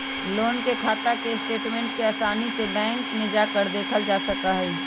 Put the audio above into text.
loan के खाता के स्टेटमेन्ट के आसानी से बैंक में जाकर देखल जा सका हई